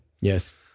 Yes